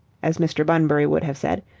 as mr. bunbury would have said,